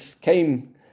came